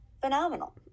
phenomenal